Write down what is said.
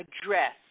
address